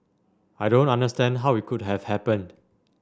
I don't understand how it could have happened